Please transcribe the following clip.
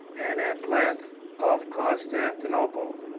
and at length of constantinople.